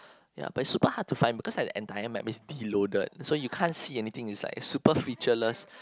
ya but is super hard to find because like the entire map is deloaded so you can't see anything is like super featureless